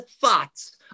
thoughts